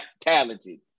talented